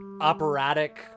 operatic